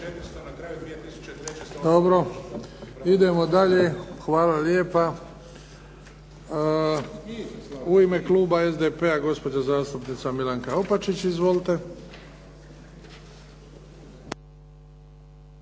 Dobro. Idemo dalje. Hvala lijepa. U ime kluba SDP-a, gospođa zastupnica Milanka Opačić. Izvolite.